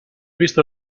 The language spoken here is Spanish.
visto